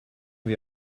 wie